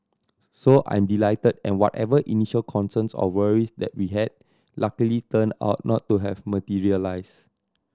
so I'm delighted and whatever initial concerns or worries that we had luckily turned out not to have materialised